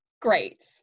Great